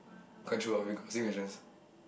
come true ah we considering the chance